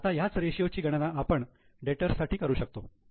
आता ह्याच रेशियोची गणना आपण डेटर्स साठी करू शकतो